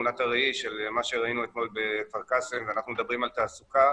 תמונת הראי של מה שראינו אתמול בכפר קאסם ואנחנו מדברים על תעסוקה